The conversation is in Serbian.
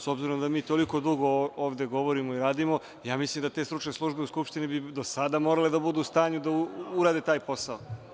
S obzirom da mi toliko dugo ovde govorimo i radimo, mislim da bi te stručne službe u Skupštini do sada morale da budu u stanju da urade taj posao.